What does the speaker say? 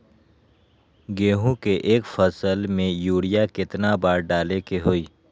गेंहू के एक फसल में यूरिया केतना बार डाले के होई?